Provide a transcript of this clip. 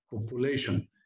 Population